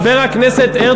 חבר הכנסת הרצוג,